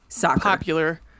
popular